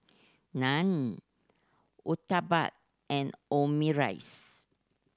Naan Uthapam and Omurice